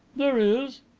there is.